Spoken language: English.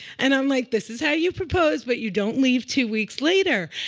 and i'm like, this is how you propose, but you don't leave two weeks later.